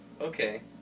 Okay